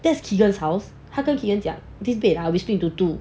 that's keegan's house 他就跟 keegan's 讲 this bed I'll split into two